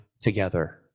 together